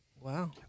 Wow